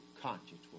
conscience